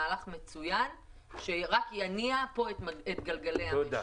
זה מהלך מצוין שרק יניע את גלגלי המשק.